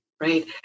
right